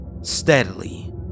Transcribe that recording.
steadily